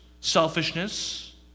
selfishness